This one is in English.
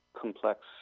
complex